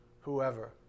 whoever